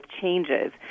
changes